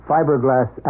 Fiberglass